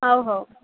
ହେଉ ହେଉ